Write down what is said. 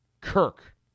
Kirk